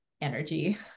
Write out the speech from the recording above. energy